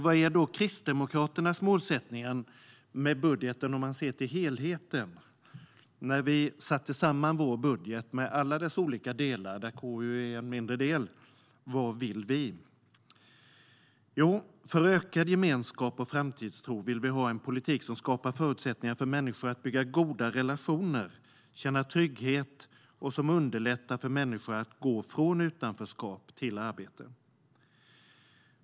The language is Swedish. Vad är då Kristdemokraternas målsättning med budgeten om man ser till helheten? När vi satte samman vår budget med alla dess delar - KU:s område är en mindre del - vad ville vi då? Jo, för ökad gemenskap och framtidstro vill vi ha en politik som skapar förutsättningar för människor att bygga goda relationer och känna trygghet och som underlättar för människor att gå från utanförskap till arbete.